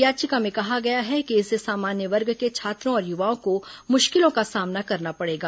याचिका में कहा गया है कि इससे सामान्य वर्ग के छात्रों और युवाओं को मुश्किलों का सामना करना पड़ेगा